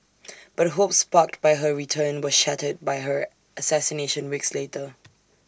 but hopes sparked by her return were shattered by her assassination weeks later